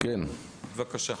בבקשה.